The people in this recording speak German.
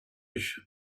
ich